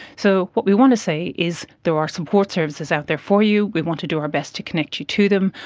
so what we want to say is there are support services out there for you, we want to do our best to connect you to them,